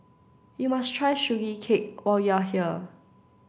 you must try Sugee Cake when you are here